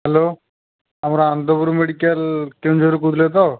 hello ଆମର Anandpur medical କେଉଁଝରରୁ କହୁଥିଲେ ତ